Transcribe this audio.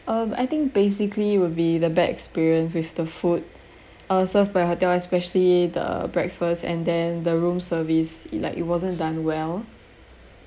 um I think basically would be the bad experience with the food uh served by hotel especially the breakfast and then the room service it like it wasn't done well